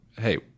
hey